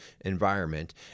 environment